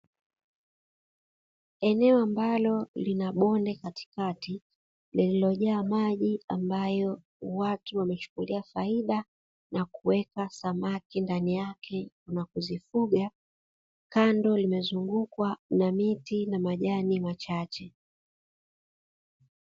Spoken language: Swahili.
Eneo ambalo lina bonde katikati lililojaa maji ambayo watu wamechukulia faida na kuweka samaki ndani yake na kuzifuga, kando limezungukwa na miti na majani machache.